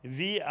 vi